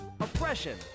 oppression